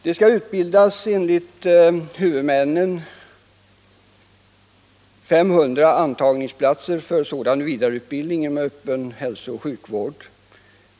Sjukvårdshuvudmännen har föreslagit inrättandet av 500 antagningsplatser för vidareutbildning av distriktssköterskor i öppen hälsooch sjukvård.